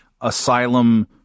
asylum